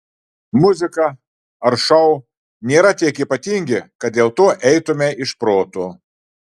muzika ar šou nėra tiek ypatingi kad dėl to eitumei iš proto